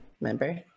remember